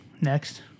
next